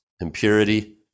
impurity